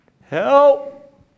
Help